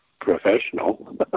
professional